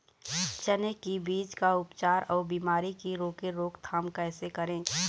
चने की बीज का उपचार अउ बीमारी की रोके रोकथाम कैसे करें?